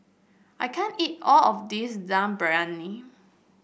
I can't eat all of this Dum Briyani